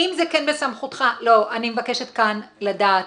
אם זה כן בסמכותך, אני מבקשת כאן לדעת